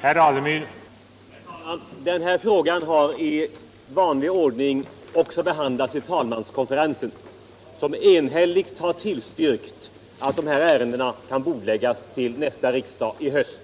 Herr talman! Den här frågan har i vanlig ordning behandlats i talmanskonferensen, som enhälligt har tillstyrkt bordläggning av de här ärendena till nästa riksmöte, i höst.